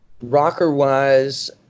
Rocker-wise